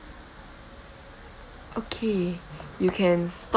okay you can stop